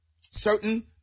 certain